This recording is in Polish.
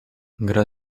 gra